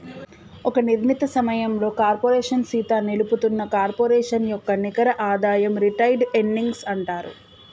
ఒక నిర్ణీత సమయంలో కార్పోరేషన్ సీత నిలుపుతున్న కార్పొరేషన్ యొక్క నికర ఆదాయం రిటైర్డ్ ఎర్నింగ్స్ అంటారు